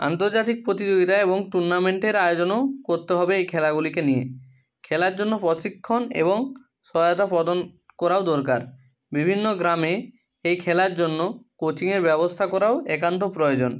আন্তর্জাতিক প্রতিযোগিতা এবং টুর্নামেন্টের আয়োজনও করতে হবে এই খেলাগুলিকে নিয়ে খেলার জন্য প্রশিক্ষণও এবং সহায়তা প্রদান করাও দরকার বিভিন্ন গ্রামে এই খেলার জন্য কোচিংয়ের ব্যবস্থা করাও একান্ত প্রয়োজন